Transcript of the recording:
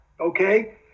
Okay